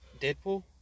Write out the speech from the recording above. Deadpool